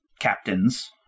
captains